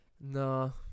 No